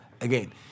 again